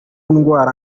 ndwara